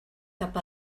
cap